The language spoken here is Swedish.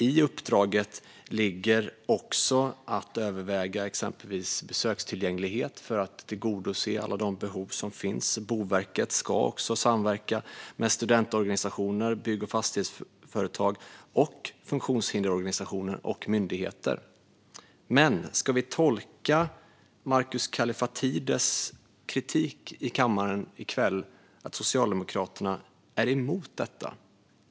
I uppdraget ligger också att överväga exempelvis besökstillgänglighet för att tillgodose alla de behov som finns. Boverket ska också samverka med studentorganisationer, bygg och fastighetsföretag, funktionshindersorganisationer och myndigheter. Men ska vi tolka Markus Kallifatides kritik i kammaren i kväll som att Socialdemokraterna är emot detta?